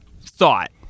thought